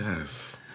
yes